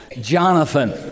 Jonathan